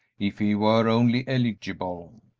if he were only eligible,